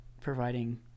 providing